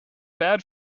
bad